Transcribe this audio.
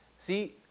See